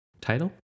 title